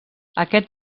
aquest